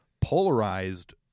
polarized